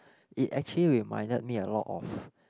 it actually reminded me a lot of